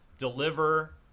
Deliver